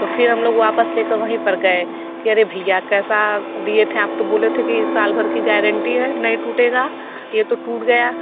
तो फिर हम लोग वापस वहीं पर गये अरे भईया कैसा दिए थे आप तो बोले थे साल भर की गारंटी है नहीं टूटेगा ये तो टूट गया